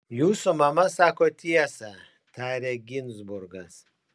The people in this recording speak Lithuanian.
jūsų mama sako tiesą tarė ginzburgas